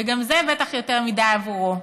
וגם זה בטח יותר מדי עבורו.